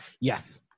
Yes